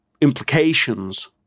implications